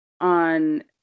on